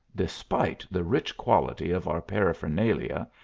despite the rich quality of our paraphernalia,